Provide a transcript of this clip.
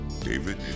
david